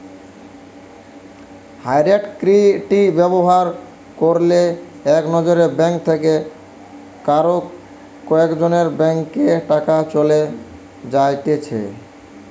direct credit ব্যবহার কইরলে একজনের ব্যাঙ্ক থেকে আরেকজনের ব্যাংকে টাকা চলে যায়েটে